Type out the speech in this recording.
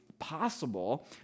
possible